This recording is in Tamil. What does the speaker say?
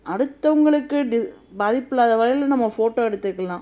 அடுத்தவங்களுக்கு பாதிப்பில்லாத வகையில் நம்ம ஃபோட்டோ எடுத்துக்கலாம்